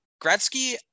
Gretzky